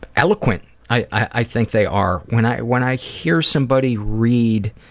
eloquent i think they are. when i when i hear somebody read.